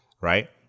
Right